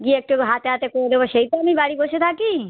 গিয়ে একটু হাতে হাতে করে দেবো সেই তো আমি বাড়ি বসে থাকি